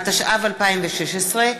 התשע"ו 2016,